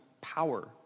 power